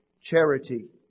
charity